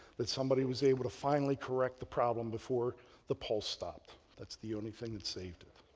that somebody was able to finally correct the problem before the pulse stopped. that's the only thing that saved it,